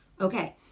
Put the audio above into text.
Okay